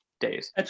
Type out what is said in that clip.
days